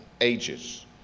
ages